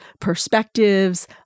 perspectives